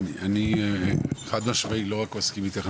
אני חד משמעית לא רק שמסכים איתך,